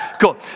cool